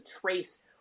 trace